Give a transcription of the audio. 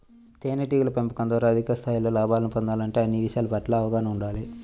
తేనెటీగల పెంపకం ద్వారా అధిక స్థాయిలో లాభాలను పొందాలంటే అన్ని విషయాల పట్ల అవగాహన ఉండాలి